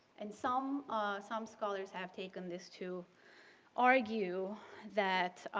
and some some scholars have taken this to argue that